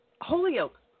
Holyoke